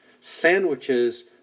sandwiches